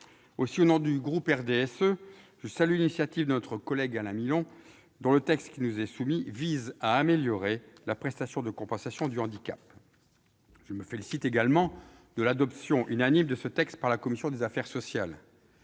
Aussi, au nom du groupe du RDSE, je salue l'initiative de notre collègue Alain Milon, dont le texte vise à améliorer la prestation de compensation du handicap. Je me félicite également de l'adoption unanime de ce texte par la commission des affaires sociales.